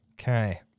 Okay